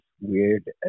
weird